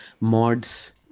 mods